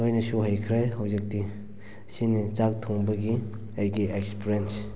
ꯂꯣꯏꯅꯁꯨ ꯍꯩꯈ꯭ꯔꯦ ꯍꯧꯖꯤꯛꯇꯤ ꯑꯁꯤꯅꯤ ꯆꯥꯛ ꯊꯣꯡꯕꯒꯤ ꯑꯩꯒꯤ ꯑꯦꯛ꯭ꯁꯄꯔꯦꯟꯁ